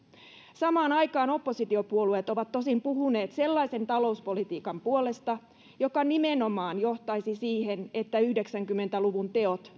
samaan aikaan oppositiopuolueet ovat tosin puhuneet sellaisen talouspolitiikan puolesta joka nimenomaan johtaisi siihen että yhdeksänkymmentä luvun teot